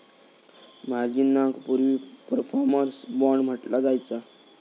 मार्जिनाक पूर्वी performance bond म्हटला जायचा